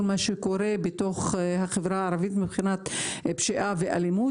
מה שקורה בחברה הערבית מבחינת פשיעה ואלימות,